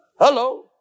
Hello